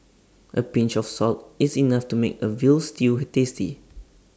A pinch of salt is enough to make A Veal Stew tasty